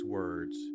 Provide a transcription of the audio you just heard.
words